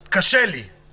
עוד לא קיבלה את זה,